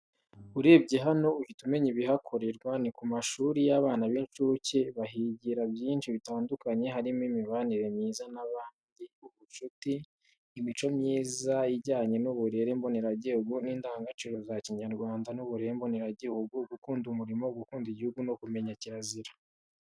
Urebye hano uhita umenya ibihakorerwa ni kumashuri yabana b'incuke, bahigira byinshi bitandukanye harimo imibanire myiza na bandi ubucuti, imico myiza ijyanye n'uburere mboneragihugu n'indangagaciro za kinyarwanda n'uburere mboneragihugu, gukunda umurimo, gukunda igihugu no kumenya kirazira.